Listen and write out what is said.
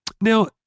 Now